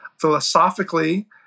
philosophically